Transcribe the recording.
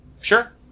Sure